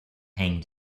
hanged